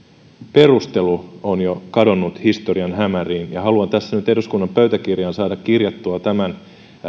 perustelu on jo kadonnut historian hämäriin ja haluan tässä nyt eduskunnan pöytäkirjaan saada kirjattua tämän